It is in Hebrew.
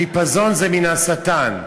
החיפזון מן השטן.